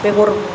बेगर